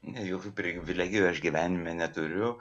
ne jokių privilegijų aš gyvenime neturiu